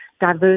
diverse